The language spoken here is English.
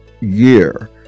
year